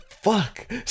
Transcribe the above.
fuck